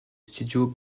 studios